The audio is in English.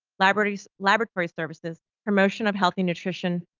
laboratory so laboratory services, promotion of healthy nutrition,